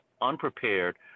unprepared